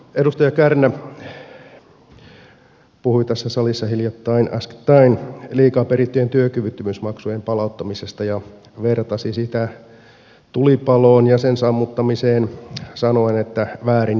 edustaja kärnä puhui tässä salissa äskettäin liikaa perittyjen työkyvyttömyysmaksujen palauttamisesta ja vertasi sitä tulipaloon ja sen sammuttamiseen sanoen että väärin sammutettu